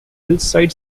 hillside